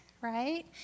right